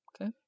okay